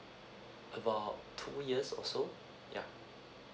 about two years or so yeah